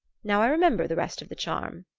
now i remember the rest of the charm,